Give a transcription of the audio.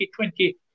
2020